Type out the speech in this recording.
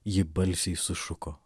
ji balsiai sušuko